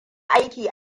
aiki